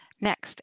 Next